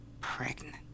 pregnant